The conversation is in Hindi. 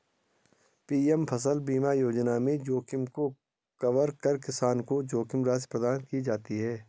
पी.एम फसल बीमा योजना में जोखिम को कवर कर किसान को जोखिम राशि प्रदान की जाती है